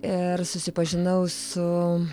iir susipažinau su